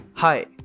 Hi